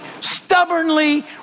stubbornly